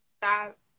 stop